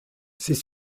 c’est